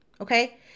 okay